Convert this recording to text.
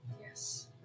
Yes